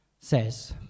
says